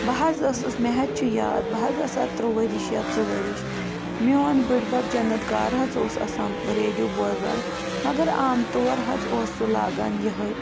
بہٕ حظ ٲسٕس مےٚ حظ چھِ یاد بہٕ حظ آسہٕ ہا ترُ ؤرِش یا ژُ ؤرِش میون بٕڈبَب جنت گار حظ اوس آسان ریڈیو بوزان مگر عام طور حظ اوس سُہ لاگان یِہوٚے